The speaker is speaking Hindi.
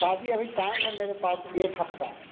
शादी अभी टाइम है मेरे पास में एक हफ़्ता